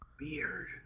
weird